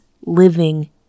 living